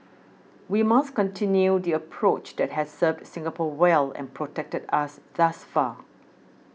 we must continue the approach that has served Singapore well and protected us thus far